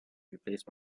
replaced